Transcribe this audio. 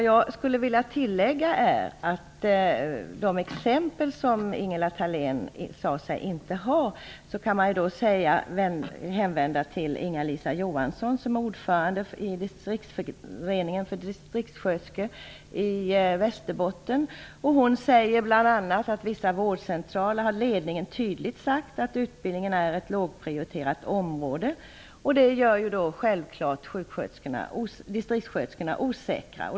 Jag skulle vilja tillägga att angående de exempel som Ingela Thalén sade sig inte ha, vill jag hänvisa till Västerbotten. Hon säger bl.a. att ledningarna för vissa vårdcentraler tydligt har uttalat att utbildningen är ett lågprioriterat område. Detta gör då självfallet distriktssköterskorna osäkra.